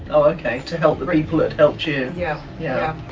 okay, to help the people who had helped you. yeah, yeah.